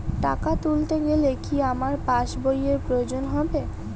টাকা তুলতে গেলে কি আমার পাশ বইয়ের প্রয়োজন হবে?